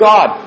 God